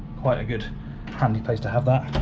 quite a good handy place to have that,